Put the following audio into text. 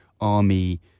army